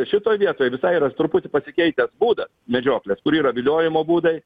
šitoj vietoj visai yra truputį pasikeitęs būdas medžioklės kur yra viliojimo būdai